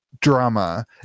drama